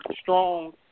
strong